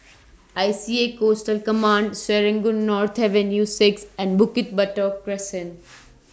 I C A Coastal Command Serangoon North Avenue six and Bukit Batok Crescent